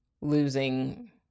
losing